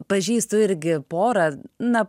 pažįstu irgi porą na